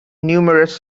numerous